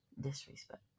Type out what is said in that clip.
disrespect